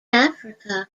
africa